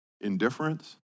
indifference